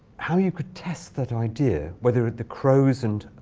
how you could test that idea whether the crows and